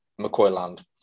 McCoyland